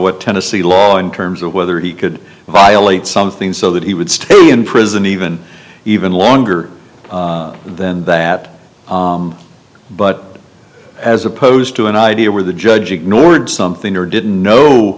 what tennessee law in terms of whether he could buy a late something so that he would stay in prison even even longer than that but as opposed to an idea where the judge ignored something or didn't know